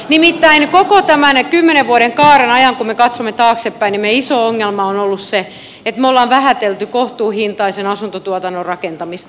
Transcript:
nimittäin koko tämän kymmenen vuoden kaaren ajan kun me katsomme taaksepäin meidän iso ongelmamme on ollut se että me olemme vähätelleet kohtuuhintaisen asuntotuotannon rakentamista